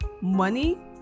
money